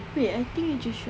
wait I think we should ask